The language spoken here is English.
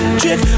chick